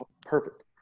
Perfect